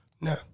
No